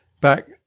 back